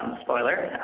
spoiler,